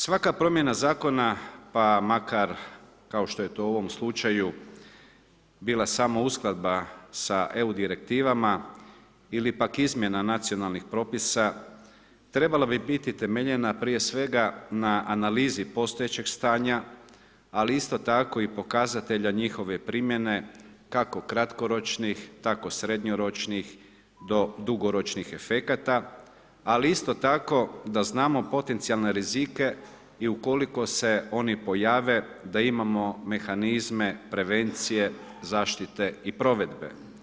Svaka promjena zakona pa makar kao što je to u ovom slučaju bila samo uskladba sa EU direktivama ili pak izmjena nacionalnih propisa, trebala bi biti temeljena prije svega na analizi postojećeg stanja ali isto tako i pokazatelja njihove primjene kako kratkoročnih tako srednjoročnih do dugoročnih efekata ali isto tako da znamo potencijalne rizike i ukoliko se oni pojave, da imamo mehanizme prevencije zaštite i provedbe.